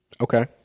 Okay